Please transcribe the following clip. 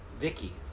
Vicky